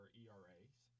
eras